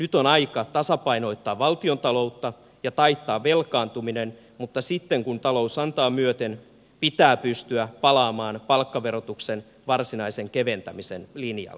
nyt on aika tasapainottaa valtiontaloutta ja taittaa velkaantuminen mutta sitten kun talous antaa myöten pitää pystyä palaamaan palkkaverotuksen varsinaisen keventämisen linjalle